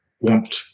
want